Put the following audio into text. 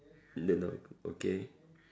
then o~ okay